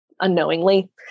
unknowingly